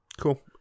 Cool